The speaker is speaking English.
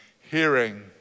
hearing